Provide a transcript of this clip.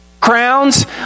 crowns